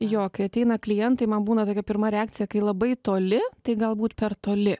jo kai ateina klientai man būna tokia pirma reakcija kai labai toli tai galbūt per toli